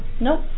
Nope